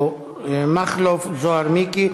או מכלוף זוהר מיקי,